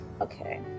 Okay